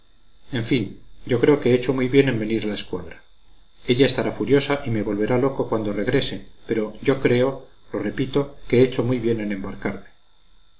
en fin yo creo que he hecho muy bien en venir a la escuadra ella estará furiosa y me volverá loco cuando regrese pero yo creo lo repito que he hecho muy bien en embarcarme